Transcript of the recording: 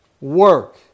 Work